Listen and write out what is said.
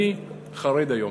אני חרד היום.